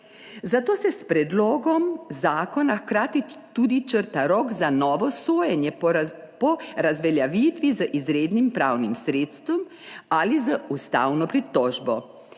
Zato se s predlogom zakona hkrati tudi črta rok za novo sojenje po razveljavitvi z izrednim pravnim sredstvom ali z ustavno pritožbo.